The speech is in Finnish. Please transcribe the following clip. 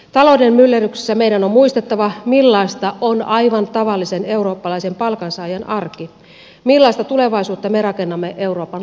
talouden myllerryksessä meidän on muistettava millaista on aivan tavallisen eurooppalaisen palkansaajan arki millaista tulevaisuutta me rakennamme euroopan lapsille